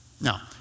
Now